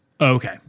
Okay